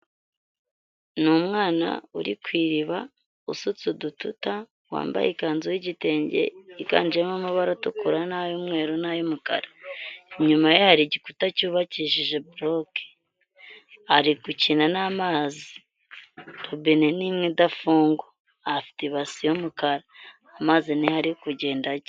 Ni umwana uri ku iriba usutse udututa, wambaye ikanzu y'igitenge yiganjemo amabara atukura n'ay'umweru n'ay'umukara, inyuma ye hari igikuta cyubakishije buroke, ari gukina n'amazi, robine nini idafungwa, afite ibasie y'umukara, amazi ni ho ari kugenda ajya.